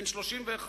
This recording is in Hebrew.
בן 31,